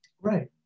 Right